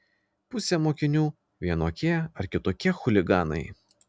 pusė mokinių vienokie ar kitokie chuliganai